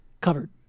covered